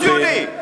מה זה ציוני?